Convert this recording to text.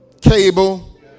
cable